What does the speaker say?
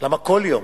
למה כל יום,